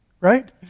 right